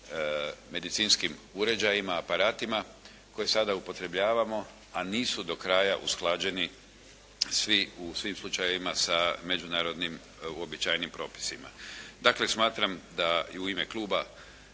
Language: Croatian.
medicinskim uređajima, aparatima koje sada upotrebljavamo, a nisu do kraja usklađeni svi u svim slučajevima sa međunarodnim uobičajenim propisima. Dakle smatram da i u ime kluba